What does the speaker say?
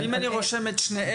אם אני רושם את שניהם,